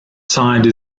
side